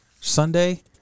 Sunday